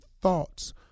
thoughts